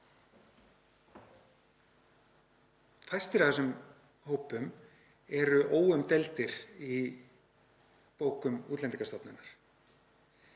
Fæstir af þessum hópum eru óumdeildir í bókum Útlendingastofnunar.